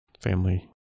family